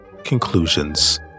conclusions